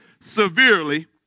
severely